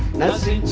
nazi